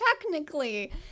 technically